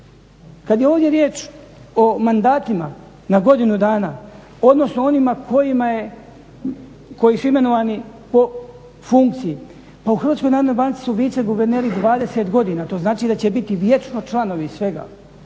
Kada je ovdje riječ o mandatima na godinu dana, odnosno onima koji su imenovani po funkciji, pa u HNB-u su viceguverneri 20 godina, to znači da će biti vječno članovi svega.